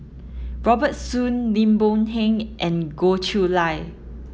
Robert Soon Lim Boon Heng and Goh Chiew Lye